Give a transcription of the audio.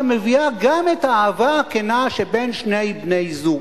מביאה גם את האהבה הכנה שבין שני בני-זוג.